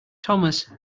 thomas